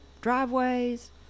driveways